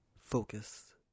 focus